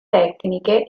tecniche